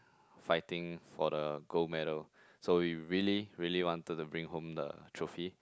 fighting for the gold medal so we really really wanted to bring home the trophy